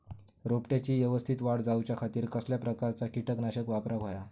रोपट्याची यवस्तित वाढ जाऊच्या खातीर कसल्या प्रकारचा किटकनाशक वापराक होया?